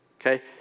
okay